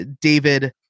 David